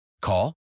Call